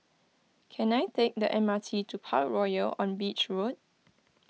can I take the M R T to Parkroyal on Beach Road